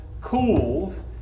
cools